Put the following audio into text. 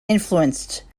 influenced